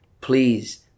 please